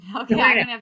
Okay